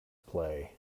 play